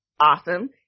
awesome